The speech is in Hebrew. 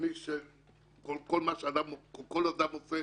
שכל אדם עושה